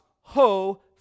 Ho